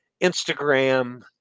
Instagram